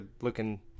looking